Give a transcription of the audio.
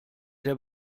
der